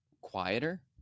quieter